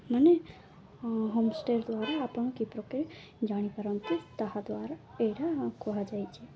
ମାନେ home stay ଦ୍ୱାରା ଆପଣ କିପରି ଜାଣିପାରନ୍ତି ତାହା ଦ୍ୱାରା ଏଇଟା କୁହାଯାଇଛି